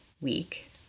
week